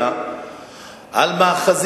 בעקבות ההצעות לסדר-היום,